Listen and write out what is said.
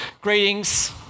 Greetings